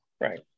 Right